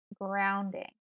grounding